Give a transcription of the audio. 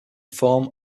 form